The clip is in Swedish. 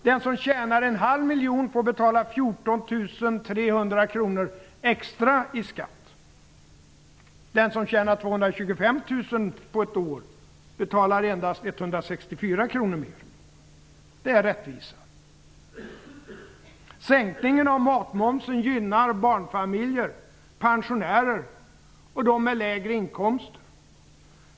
Den som tjänar en halv miljon får betala 14 300 kr extra i skatt. Den som tjänar 225 000 på ett år betalar endast 164 kr mer. Det är rättvisa. Sänkningen av matmomsen gynnar barnfamiljer, pensionärer och dem med lägre inkomster.